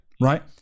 Right